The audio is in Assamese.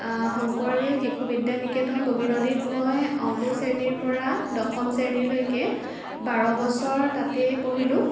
শংকৰদেৱ শিশু বিদ্যা নিকেতন বগীনদীত মই অংকুৰ শ্ৰেণীৰ পৰা দশম শ্ৰেণীৰলৈকে বাৰ বছৰ তাতে পঢ়িলোঁ